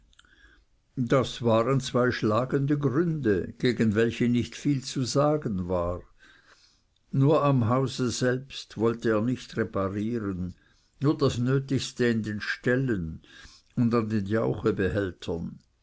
das waren zwei schlagende gründe gegen welche nicht viel zu sagen war nur am hause selbst wollte er nicht reparieren nur das nötigste in den ställen und an den